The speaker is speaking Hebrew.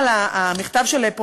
כבר.